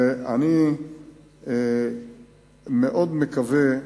ואני מאוד מקווה,